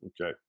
Okay